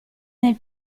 nel